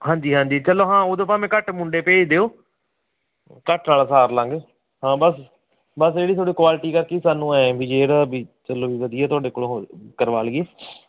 ਹਾਂਜੀ ਹਾਂਜੀ ਚਲੋ ਹਾਂ ਉਦੋਂ ਭਾਵੇਂ ਘੱਟ ਮੁੰਡੇ ਭੇਜ ਦਿਓ ਘੱਟ ਨਾਲ ਸਾਰ ਲਾਂਗੇ ਹਾਂ ਬਸ ਬਸ ਜਿਹੜੀ ਤੁਹਾਡੀ ਕੁਆਲਿਟੀ ਕਰਕੇ ਹੀ ਸਾਨੂੰ ਐਂ ਵੀ ਜਿਹੜਾ ਵੀ ਚਲੋ ਵਧੀਆ ਤੁਹਾਡੇ ਕੋਲ ਕਰਵਾ ਲਈਏ